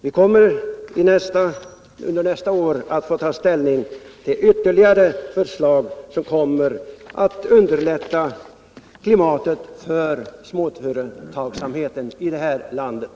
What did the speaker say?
Vi kommer under nästa år att få ta ställning till ytterligare förslag som kommer att förbättra klimatet för småföretagsamheten i det här landet.